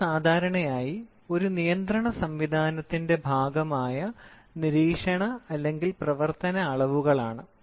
ഇവ സാധാരണയായി ഒരു നിയന്ത്രണ സംവിധാനത്തിന്റെ ഭാഗമായ നിരീക്ഷണ അല്ലെങ്കിൽ പ്രവർത്തന അളവുകളാണ്